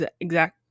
exact